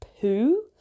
poo